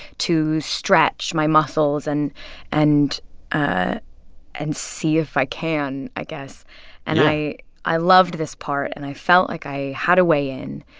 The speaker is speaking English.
to stretch my muscles and and ah and see if i can, i guess yeah and i i loved this part. and i felt like i had a way in.